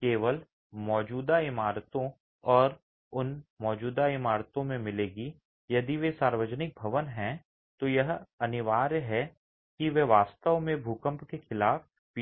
केवल मौजूदा इमारतों और उन मौजूदा इमारतों में मिलेगी यदि वे सार्वजनिक भवन हैं तो यह अनिवार्य है कि वे वास्तव में भूकंप के खिलाफ पीछे हट जाते हैं